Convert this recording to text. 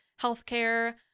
healthcare